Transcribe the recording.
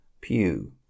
pew